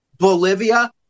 Bolivia